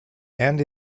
and